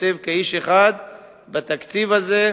נתייצב כאיש אחד בתקציב הזה,